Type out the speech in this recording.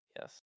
Yes